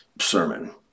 sermon